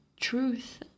truth